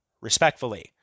respectfully